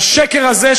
השקר הזה,